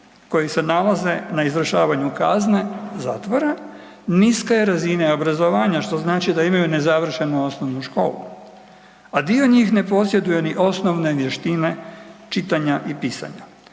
koji se nalaze na izvršavanju kazne zatvora niske je razine obrazovanja što znači da imaju nezavršenu osnovnu školu, a dio njih ne posjeduje ni osnovne vještine čitanja i pisanja.